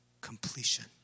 completion